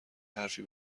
حرفی